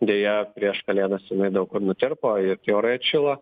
deja prieš kalėdas jinai daug kur nutirpo ir tie orai atšilo